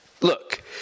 look